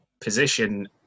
position